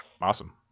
Awesome